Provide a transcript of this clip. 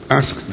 ask